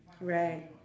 right